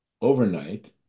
overnight